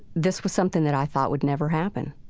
this was something that i thought would never happen.